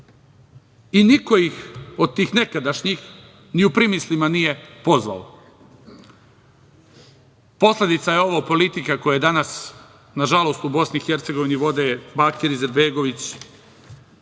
i niko ih od tih nekadašnjih ni u primislima nije pozvao. Posledica je ova politika koju danas, nažalost, u BiH vode Bakir Izetbegović,